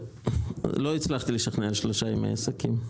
לא הצלחתי לשכנע שלושה ימי עסקים.